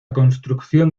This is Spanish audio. construcción